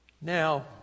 Now